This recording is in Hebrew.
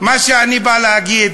מה שאני בא להגיד,